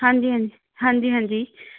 ਹਾਂਜੀ ਹਾਂਜੀ ਹਾਂਜੀ ਹਾਂਜੀ